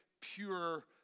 pure